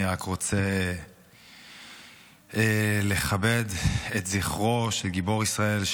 אני רק רוצה לכבד את זכרו של גיבור ישראל,